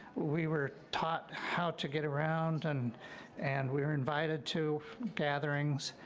we were taught how to get around, and and we were invited to gatherings,